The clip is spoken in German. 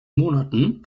monaten